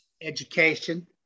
Education